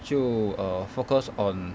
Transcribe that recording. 就 err focus on